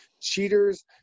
Cheaters